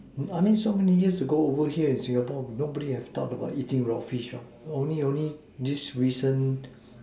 I mean so many years ago over here in Singapore nobody have thought about eating raw fish only only these recent